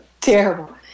Terrible